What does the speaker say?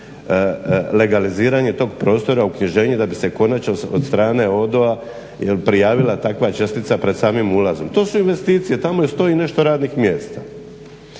legaliziranje tog prostora uknjiženje da bi se konačno od strane ODO-a prijavila takva čestica pred samim ulazom. To su investicije, tamo i stoji nešto radnih mjesta.